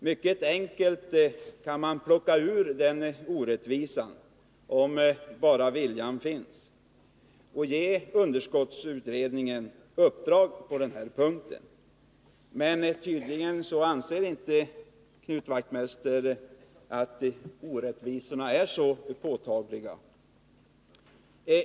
Man kan emellertid mycket enkelt ta bort den orättvisan, om bara viljan finns. Det går att ge underskottsavdragsutredningen ett uppdrag på denna punkt. Tydligen anser Knut Wachtmeister att orättvisorna inte är så påtagliga.